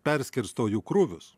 perskirsto jų krūvius